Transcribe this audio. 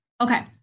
Okay